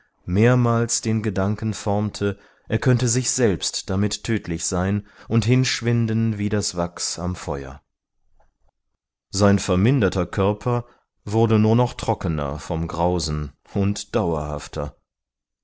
mehrmals den gedanken formte er könnte sich selbst damit tödlich sein und hinschwinden wie das wachs am feuer sein verminderter körper wurde nur noch trockener vom grausen und dauerhafter